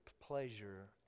pleasure